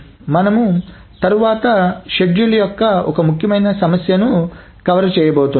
మనము తరువాత షెడ్యూల్ల యొక్క ముఖ్యమైన సమస్యను కవర్ చేస్తాము